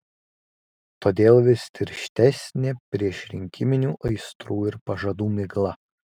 todėl vis tirštesnė priešrinkiminių aistrų ir pažadų migla